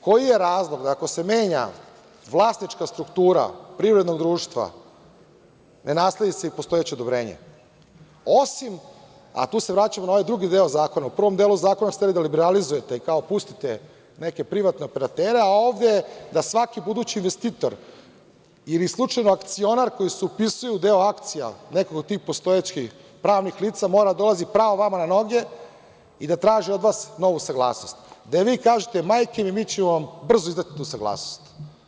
Koji je razlog, ako se menja vlasnička struktura privrednog društva, ne nasledi se postojeće odobrenje, osim, a tu se vraćam na ovaj drugi deo zakona, u prvom delu zakona ste hteli da liberalizujete, kao pustite neke privatne operatere, a ovde da svaki budući investitor ili slučajno akcionar koji se upisuje u deo akcija, nekog od tih postojećih pravnih lica, mora da dolazi pravo vama na noge i da traži od vas novu saglasnost, da im vi kažete – majke mi, mi ćemo vam brzo izdati tu saglasnost.